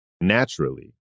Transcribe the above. naturally